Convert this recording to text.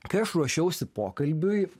kai aš ruošiausi pokalbiui